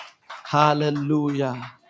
Hallelujah